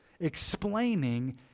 explaining